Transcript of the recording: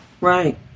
Right